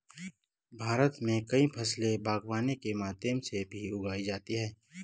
भारत मे कई फसले बागवानी के माध्यम से भी उगाई जाती है